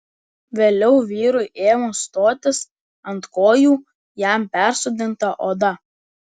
vėliau vyrui ėmus stotis ant kojų jam persodinta oda